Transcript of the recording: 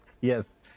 Yes